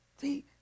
See